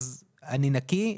אני נקי?